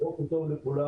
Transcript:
בוקר טוב לכולם.